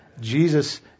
Jesus